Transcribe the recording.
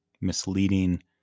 misleading